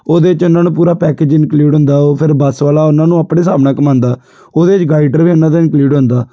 ਉਹਦੇ 'ਚ ਉਹਨਾਂ ਨੂੰ ਪੂਰਾ ਪੈਕੇਜ਼ ਇੰਕਲੂਡ ਹੁੰਦਾ ਉਹ ਫਿਰ ਬੱਸ ਵਾਲਾ ਉਹਨਾਂ ਨੂੰ ਆਪਣੇ ਹਿਸਾਬ ਨਾਲ ਘੁੰਮਾਉਂਦਾ ਉਹਦੇ 'ਚ ਗਾਈਡਰ ਵੀ ਉਨ੍ਹਾਂ ਦਾ ਇੰਕਲੂਡ ਹੁੰਦਾ